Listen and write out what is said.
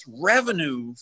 revenue